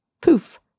poof